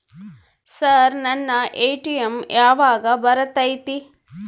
Sir ನನ್ನ ATM ಯಾವಾಗ ಬರತೈತಿ?